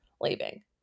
leaving